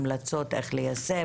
המלצות איך ליישם,